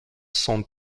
sont